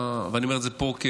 אני אומר את זה כגבר,